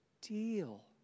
deal